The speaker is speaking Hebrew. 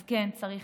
אז כן, צריך